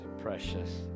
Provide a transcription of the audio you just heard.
precious